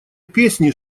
песни